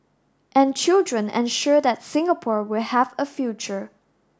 and children ensure that Singapore will have a future